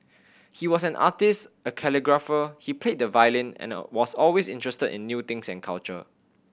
he was an artist a calligrapher he played the violin and was always interested in new things and culture